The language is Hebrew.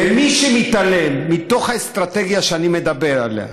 ומי שמתעלם, מתוך האסטרטגיה שאני מדבר עליה,